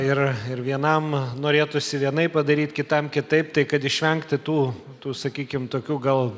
ir ir vienam norėtųsi vienaip padaryt kitam kitaip tai kad išvengti tų tų sakykim tokių gal